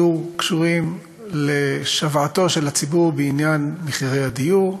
יהיו קשורים לשוועתו של הציבור בעניין מחירי הדיור,